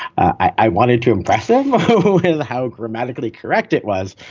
i wanted to impress them how grammatically correct it was.